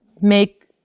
make